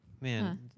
man